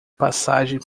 passagem